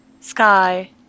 Sky